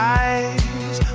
eyes